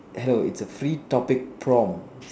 hell it's a free topic prompt